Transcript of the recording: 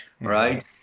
right